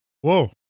whoa